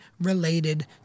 related